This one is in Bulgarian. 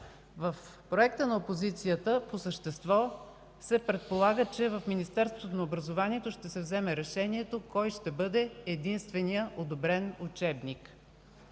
В проекта на опозицията по същество се предполага, че в Министерството на образованието ще се вземе решението кой ще бъде единственият одобрен учебник.